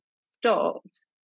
stopped